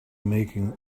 making